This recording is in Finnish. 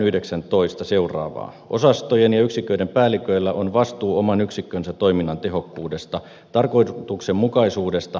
kunkin osaston tai yksikön päällikkö vastaa osastonsa tai yksikkönsä hallinnon tehokkuudesta tarkoituksenmukaisuudesta ja kehittämisestä